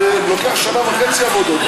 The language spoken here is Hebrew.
זה לוקח שנה וחצי עבודות,